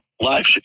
live